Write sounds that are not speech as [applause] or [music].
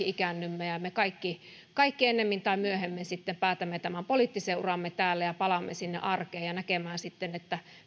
[unintelligible] ikäännymme ja me kaikki kaikki ennemmin tai myöhemmin sitten päätämme tämän poliittisen uramme täällä ja palaamme sinne arkeen ja näkemään sitten